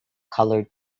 colored